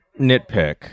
nitpick